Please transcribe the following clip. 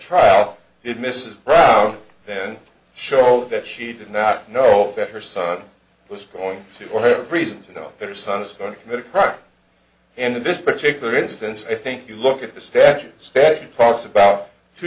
trial did mrs brown then show that she did not know that her son was going to for reasons you know her son is going to commit a crime and in this particular instance i think you look at the statute steady progress about two